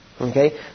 Okay